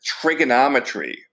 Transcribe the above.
trigonometry